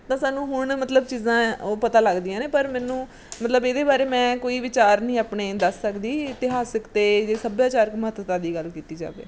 ਤਾਂ ਸਾਨੂੰ ਹੁਣ ਮਤਲਬ ਚੀਜ਼ਾਂ ਉਹ ਪਤਾ ਲੱਗਦੀਆਂ ਨੇ ਪਰ ਮੈਨੂੰ ਮਤਲਬ ਇਹਦੇ ਬਾਰੇ ਮੈਂ ਕੋਈ ਵਿਚਾਰ ਨਹੀਂ ਆਪਣੇ ਦੱਸ ਸਕਦੀ ਇਤਿਹਾਸਕ ਅਤੇ ਜੇ ਸੱਭਿਆਚਾਰਕ ਮਹੱਤਤਾ ਦੀ ਗੱਲ ਕੀਤੀ ਜਾਵੇ